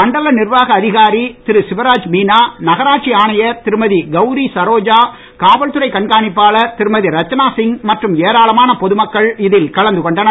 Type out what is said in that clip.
மண்டல நிர்வாக அதிகாரி திரு சிவராஜ் மீனா நகராட்சி ஆணையர் திருமதி கவுரி சரோஜா காவல்துறை கண்காணிப்பாளர் திருமதி ரச்சனா சிங் மற்றும் ஏராளமான பொது மக்கள் இதில் கலந்து கொண்டனர்